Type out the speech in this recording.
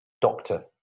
doctor